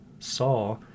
saw